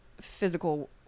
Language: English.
physical